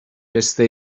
پسته